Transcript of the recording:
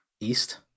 East